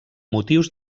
motius